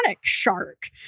shark